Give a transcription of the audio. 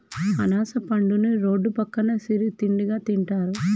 అనాస పండుని రోడ్డు పక్కన సిరు తిండిగా తింటారు